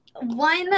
one